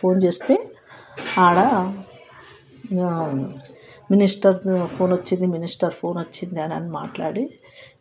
phone చేస్తే అక్కడ ఇంకా మినిస్టర్ ఫోన్ వచ్చింది మినిస్టర్ ఫోన్ వచ్చిందని మాట్లాడి